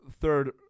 third